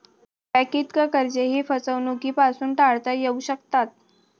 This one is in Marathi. वैयक्तिक कर्जेही फसवणुकीपासून टाळता येऊ शकतात